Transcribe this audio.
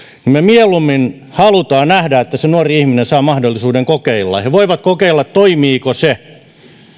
me mieluummin haluamme nähdä että se nuori ihminen saa mahdollisuuden kokeilla ja voidaan kokeilla toimiiko se